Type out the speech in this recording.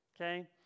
Okay